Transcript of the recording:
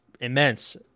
immense